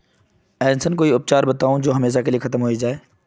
ऐसन कोई उपचार बताऊं जो हमेशा के लिए खत्म होबे जाए?